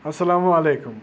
اَسلامُ علیکُم